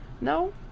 no